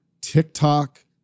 TikTok